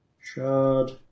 Shard